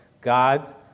God